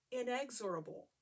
inexorable